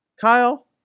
Kyle